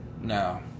No